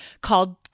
called